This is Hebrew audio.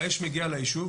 האש מגיעה לישוב,